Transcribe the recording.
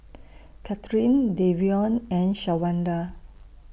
Katherin Davion and Shawanda